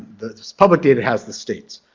the public data has the states.